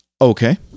Okay